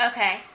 Okay